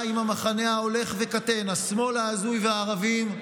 עם המחנה ההולך וקטן של השמאל ההזוי והערבים,